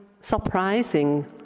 surprising